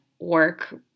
work